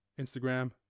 Instagram